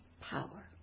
power